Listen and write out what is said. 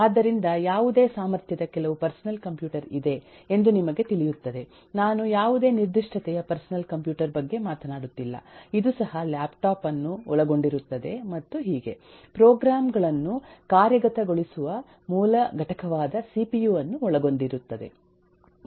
ಆದ್ದರಿಂದ ಯಾವುದೇ ಸಾಮರ್ಥ್ಯದ ಕೆಲವು ಪರ್ಸನಲ್ ಕಂಪ್ಯೂಟರ್ ಇದೆ ಎಂದು ನಿಮಗೆ ತಿಳಿಯುತ್ತದೆ ನಾನು ಯಾವುದೇ ನಿರ್ದಿಷ್ಟತೆಯ ಪರ್ಸನಲ್ ಕಂಪ್ಯೂಟರ್ ಬಗ್ಗೆ ಮಾತನಾಡುತ್ತಿಲ್ಲ ಇದು ಸಹ ಲ್ಯಾಪ್ಟಾಪ್ ಅನ್ನು ಒಳಗೊಂಡಿರುತ್ತದೆ ಮತ್ತು ಹೀಗೆ ಪ್ರೋಗ್ರಾಂ ಗಳನ್ನು ಕಾರ್ಯಗತಗೊಳಿಸುವ ಮೂಲ ಘಟಕವಾದ ಸಿಪಿಯು ಅನ್ನು ಒಳಗೊಂಡಿರುತ್ತದೆ